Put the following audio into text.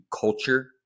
culture